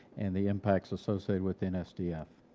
and the impacts associated with nsdf.